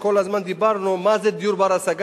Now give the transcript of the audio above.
אני רוצה להגיד שכל הזמן דיברנו מה זה דיור בר-השגה,